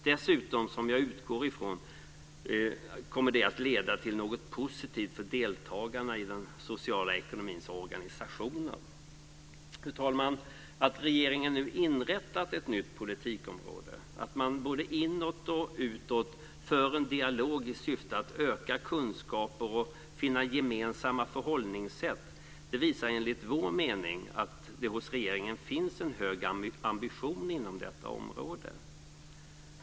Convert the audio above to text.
Jag utgår från att det kommer att leda till något positivt för deltagarna i den sociala ekonomins organisationer. Fru talman! Att regeringen nu inrättat ett nytt politikområde och att man både inåt och utåt för en dialog i syfte att öka kunskaper och finna gemensamma förhållningssätt visar enligt vår mening att det hos regeringen finns en hög ambition inom detta område.